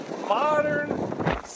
modern